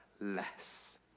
less